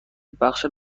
بخش